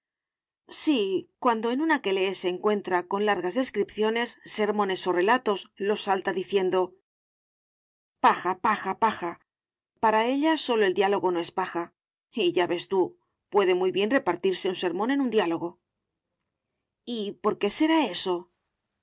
sí cuando en una que lee se encuentra con largas descripciones sermones o relatos los salta diciendo paja paja paja para ella sólo el diálogo no es paja y ya ves tú puede muy bien repartirse un sermón en un diálogo y por qué será eso